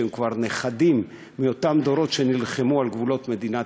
שהם נכדים לאותם דורות שנלחמו על גבולות מדינת